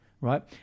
right